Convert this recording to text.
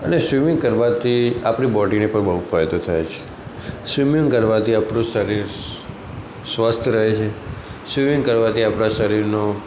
અને સ્વિમિંગ કરવાથી આપણી બૉડીને પણ બહુ ફાયદો થાય છે સ્વિમિંગ કરવાથી આપણું શરીર સ્વસ્થ રહે છે સ્વિમિંગ કરવાથી આપણા શરીરનું